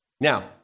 Now